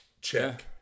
check